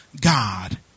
God